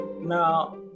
now